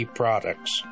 products